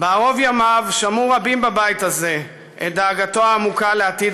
בערוב ימיו שמעו רבים בבית הזה את דאגתו העמוקה לעתיד